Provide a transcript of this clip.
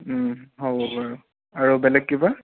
হ'ব বাৰু আৰু বেলেগ কিবা